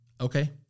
okay